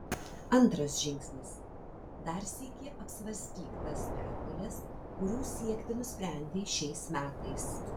antras žingsnis dar sykį apsvarstyk tas pergales kurių siekti nusprendei šiais metais